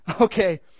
Okay